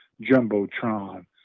Jumbotron